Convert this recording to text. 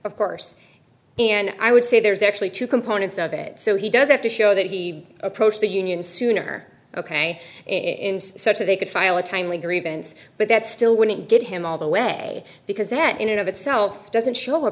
of course and i would say there's actually two components of it so he does have to show that he approached the union sooner ok in such a they could file a timely grievance but that still wouldn't get him all the way because that in and of itself doesn't show a